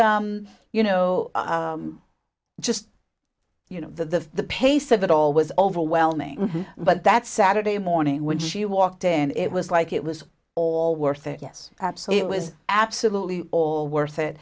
you know just you know the pace of it all was overwhelming but that saturday morning when she walked in and it was like it was all worth it yes absolutely it was absolutely all worth it